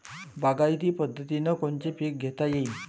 बागायती पद्धतीनं कोनचे पीक घेता येईन?